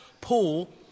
Paul